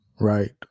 right